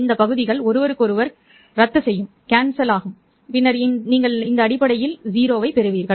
இந்த பகுதிகள் ஒருவருக்கொருவர் ரத்துசெய்யும் பின்னர் நீங்கள் அடிப்படையில் 0 ஐப் பெறுவீர்கள்